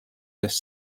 this